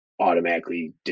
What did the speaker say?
Automatically